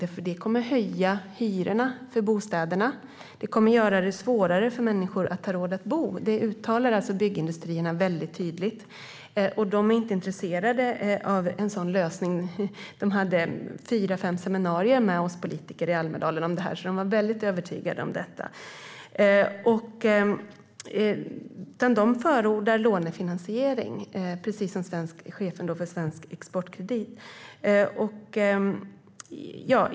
Det kommer nämligen att höja hyrorna för bostäderna och göra det svårare för människor att ha råd att bo. Byggindustrierna uttalade alltså väldigt tydligt att man inte är intresserad av en sådan lösning. Man hade fyra fem seminarier med oss politiker om detta i Almedalen, så man var väldigt övertygad om det. I stället förordar man lånefinansiering, precis som chefen för Svensk Exportkredit.